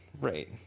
right